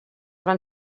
van